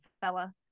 fella